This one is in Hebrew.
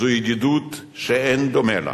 זו ידידות שאין דומה לה,